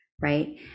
right